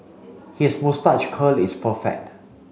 his moustache curl is perfect